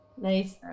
Nice